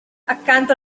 accanto